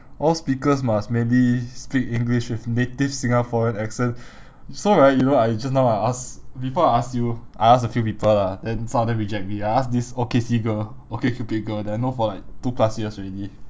all speakers must mainly speak english with native singaporean accent so right you know I just now I ask before I ask you I ask a few people lah then some of them reject me I ask this O_K_C girl okcupid girl that I know for like two plus years already